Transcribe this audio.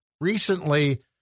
recently